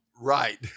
Right